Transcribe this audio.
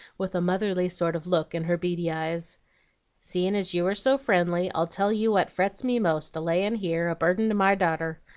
with a motherly sort of look in her beady eyes seein as you are so friendly, i'll tell you what frets me most, a layin' here, a burden to my darter.